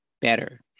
better